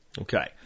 Okay